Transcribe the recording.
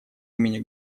имени